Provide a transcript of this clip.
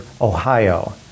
Ohio